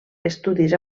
estudis